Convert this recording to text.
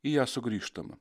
į ją sugrįžtama